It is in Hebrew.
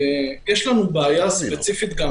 יש לנו בעיה ספציפית גם